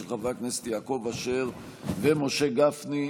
של חברי הכנסת יעקב אשר ומשה גפני.